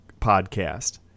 Podcast